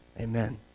Amen